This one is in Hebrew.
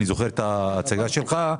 אני זוכר את ההצגה שלך,